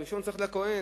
והראשון צריך ללכת לכוהן.